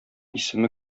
исеме